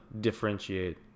differentiate